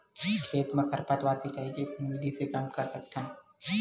खेत म खरपतवार सिंचाई के कोन विधि से कम कर सकथन?